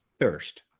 first